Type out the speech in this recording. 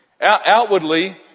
Outwardly